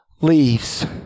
leaves